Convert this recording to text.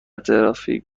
ترافیک